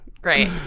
great